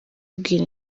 kukubwira